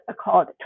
called